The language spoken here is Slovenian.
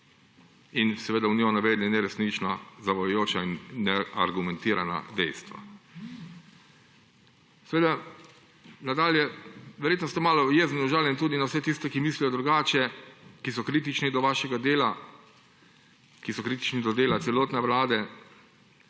ter v njej navedli neresnična in zavajajoča in neargumentirana dejstva. Nadalje. Verjetno ste malo jezni in užaljeni tudi na vse tiste, ki mislijo drugače, ki so kritični do vašega dela, ki so kritični do dela celotne vlade,